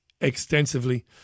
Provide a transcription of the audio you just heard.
extensively